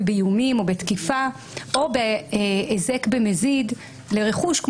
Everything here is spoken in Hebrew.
באיומים או בתקיפה או בהיזק במזיד לרכוש,